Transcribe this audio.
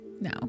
No